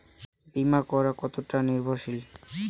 বীমা করা কতোটা নির্ভরশীল?